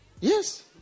Yes